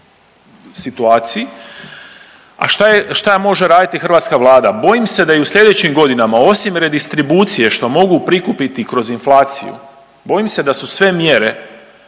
situaciji, a šta je, šta može raditi hrvatska Vlada? Bojim se da i u slijedećim godinama osim redistribucije, što mogu prikupiti kroz inflaciju, bojim se da su sve mjere